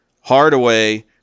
Hardaway